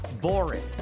boring